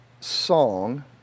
song